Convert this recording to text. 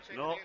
no